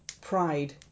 pride